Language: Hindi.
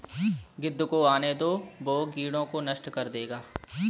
गिद्ध को आने दो, वो कीड़ों को नष्ट कर देगा